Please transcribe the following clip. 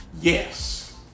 Yes